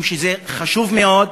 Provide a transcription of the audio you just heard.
משום שזה חשוב מאוד.